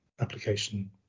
application